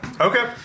Okay